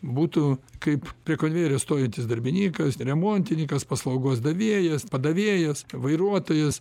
būtų kaip prie konvejerio stovintis darbininkas remontininkas paslaugos davėjas padavėjas vairuotojas